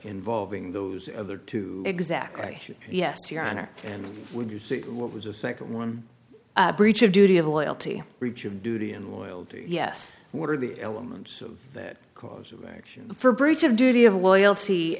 involving those other two exactly yes your honor and would you say it was a second one breach of duty of loyalty breach of duty and loyalty yes what are the elements of that cause of action for breach of duty of loyalty